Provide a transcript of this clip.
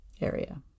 area